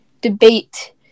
debate